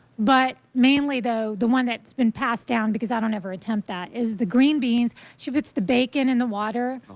but mainly the one that's been passed down because i don't ever attempt that, is the green beans. she puts the bacon in the water,